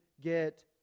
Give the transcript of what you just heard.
get